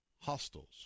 hostels